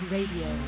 Radio